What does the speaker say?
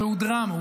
והוא דרמה,